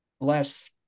less